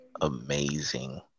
amazing